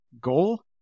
goal